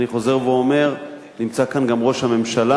אני חוזר ואומר, נמצא כאן גם ראש הממשלה,